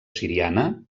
siriana